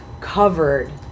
covered